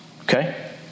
Okay